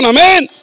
Amen